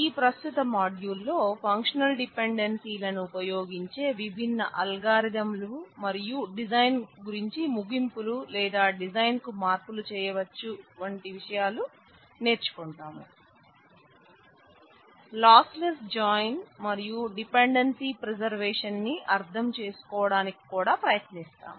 ఈ ప్రస్తుత మాడ్యూల్ లో ఫంక్షనల్ డిపెండెన్సీ ని అర్థం చేసుకోవడానికి కూడా ప్రయత్నిస్తాం